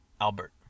Albert